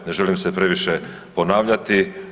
Ne želim se previše ponavljati.